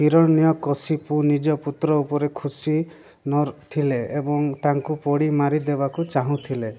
ହିରଣ୍ୟକଶିପୁୁ ନିଜ ପୁତ୍ର ଉପରେ ଖୁସି ନଥିଲେ ଏବଂ ତାଙ୍କୁ ପୋଡ଼ି ମାରିଦେବାକୁ ଚାହୁଁଥିଲେ